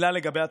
מילה לגבי הצבא,